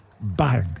Bang